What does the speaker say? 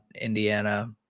Indiana